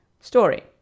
story